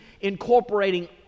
incorporating